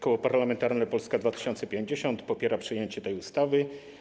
Koło Parlamentarne Polska 2050 popiera przyjęcie tej ustawy.